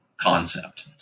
Concept